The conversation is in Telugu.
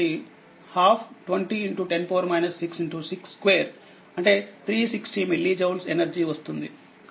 C1 20 మైక్రో ఫారెడ్ కాబట్టి 12 2010 662 అంటే 360 మిల్లీ జౌల్స్ ఎనర్జీ వస్తుంది